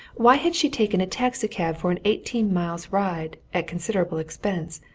why had she taken a taxi-cab for an eighteen-miles' ride, at considerable expense,